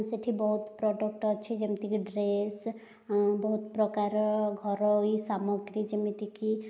ସେଇଠି ବହୁତ ପ୍ରଡ଼କ୍ଟ ଅଛି ଯେମିତିକି ଡ୍ରେସ୍ ବହୁତ ପ୍ରକାରର ଘରୋଇ ସାମଗ୍ରୀ ଯେମିତିକି